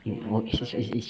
orh it's it's it's